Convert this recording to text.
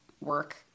work